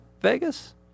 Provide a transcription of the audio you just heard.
Vegas